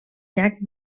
llac